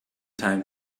time